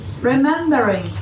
Remembering